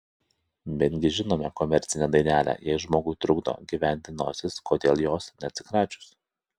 betgi žinome komercinę dainelę jei žmogui trukdo gyventi nosis kodėl jos neatsikračius